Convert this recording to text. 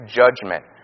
judgment